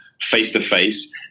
face-to-face